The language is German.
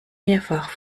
mehrfach